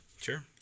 Sure